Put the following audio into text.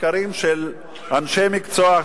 מחקרים של אנשי מקצוע,